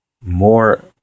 more